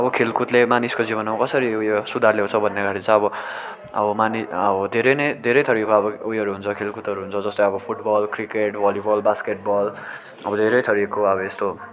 अब खेलकुदले मानिसको जीवनमा कसरी उयो सुधार ल्याउँछ भन्दाखेरि चाहिँ अब अब मानि अब धेरै नै धेरै थरिको अब उयोहरू हुन्छ खेलकुदहरू हुन्छ जस्तै अब फुटबल क्रिकेट भलिबल बास्केटबल अब धेरै थरिको अब यस्तो